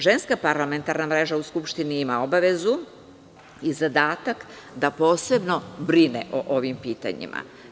Ženska parlamentarna mreža u Skupštini ima obavezu i zadatak da posebno brine o ovom pitanjima.